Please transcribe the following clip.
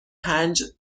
پنج